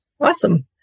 Awesome